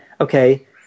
okay